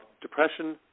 depression